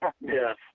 yes